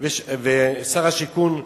שר השיכון,